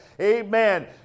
Amen